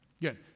Good